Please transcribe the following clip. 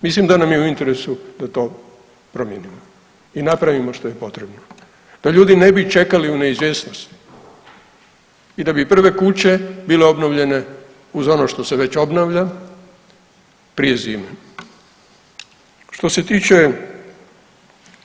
Mislim da nam je u interesu da to promijenimo i napravimo što je potrebno da ljudi ne bi čekali u neizvjesnosti i da bi prve kuće bile obnovljene uz ono što se već obnavlja prije zime.